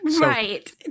right